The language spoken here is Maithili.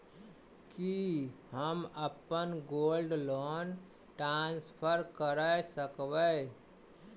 की हम अप्पन गोल्ड लोन ट्रान्सफर करऽ सकबै?